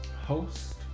host